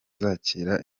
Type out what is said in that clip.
zakira